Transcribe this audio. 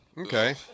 Okay